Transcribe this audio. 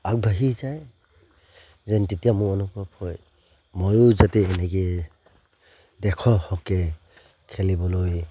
আগবাঢ়ি যায় যেন তেতিয়া মোৰ অনুভৱ হয় ময়ো যাতে এনেকৈ দেশৰ হকে খেলিবলৈ